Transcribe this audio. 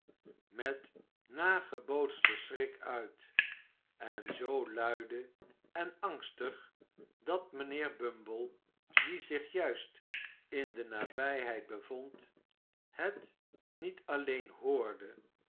met nagebootsten schrik uit en zoo luide en angstig dat mijnheer bumble die zich juist in de nabijheid bevond het niet alleen hoorde